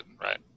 right